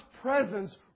presence